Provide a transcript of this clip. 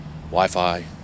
Wi-Fi